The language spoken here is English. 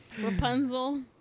rapunzel